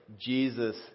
Jesus